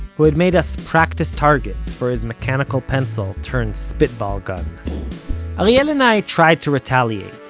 who had made us practice targets for his mechanical-pencil-turned-spitball-gun ariel and i tried to retaliate,